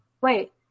Wait